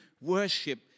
worship